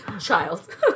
Child